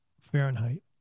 Fahrenheit